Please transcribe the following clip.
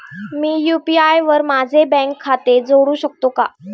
मी UPI वर माझे bank खाते जोडू शकतो का?